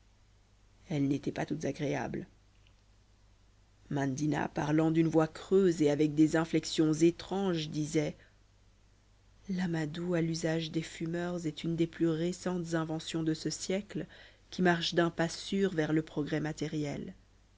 elles n'étaient pas toutes agréables mandina parlant d'une voix creuse et avec des inflexions étranges disait l'amadou à l'usage des fumeurs est une des plus récentes inventions de ce siècle qui marche d'un pas sûr vers le progrès matériel